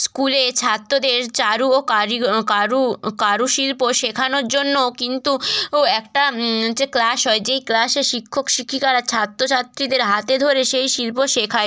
স্কুলে ছাত্রদের চারু ও কারিগো কারু কারুশিল্প শেখানোর জন্য কিন্তু একটা যে ক্লাস হয় যেই ক্লাসে শিক্ষক শিক্ষিকারা ছাত্র ছাত্রীদের হাতে ধরে সেই শিল্প শেখায়